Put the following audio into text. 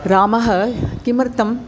रामः किमर्थम्